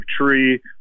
tree